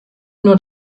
nur